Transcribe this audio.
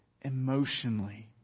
emotionally